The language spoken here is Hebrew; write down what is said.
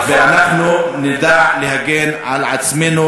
ואנחנו נדע להגן על עצמנו,